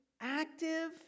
active